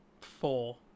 Four